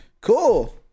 Cool